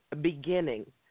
beginning